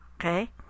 okay